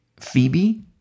Phoebe